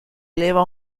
eleva